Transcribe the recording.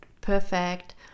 perfect